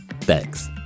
Thanks